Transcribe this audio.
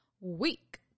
week